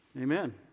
Amen